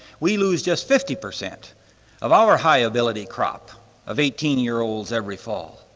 we lose just fifty percent of our high ability crop of eighteen year olds every fall.